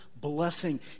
blessing